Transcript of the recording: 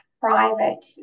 private